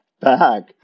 back